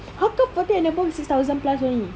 how come forty and above is six thousand plus only